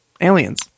Aliens